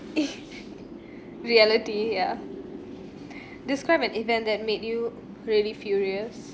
reality yeah describe an event that made you really furious